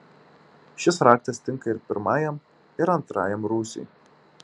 šis raktas tinka ir pirmajam ir antrajam rūsiui